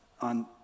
On